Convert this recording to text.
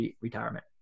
retirement